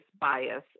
bias